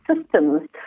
systems